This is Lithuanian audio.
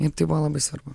ir tai buvo labai svarbu